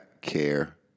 care